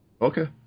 Okay